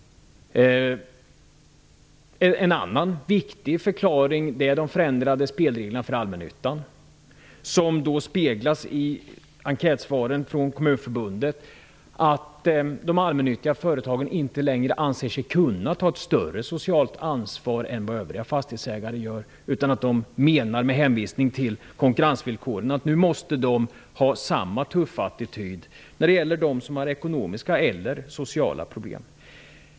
En annan viktig förklaring är de förändrade spelreglerna för allmännyttan, som speglas i svaren på Kommunförbundets enkät. De allmännyttiga företagen anser sig inte längre kunna ta ett större socialt ansvar än vad övriga fastighetsägare gör. De menar, med hänvisning till konkurrensvillkoren, att de måste ha samma tuffa attityd gentemot dem som har ekonomiska eller sociala problem.